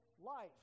life